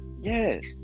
yes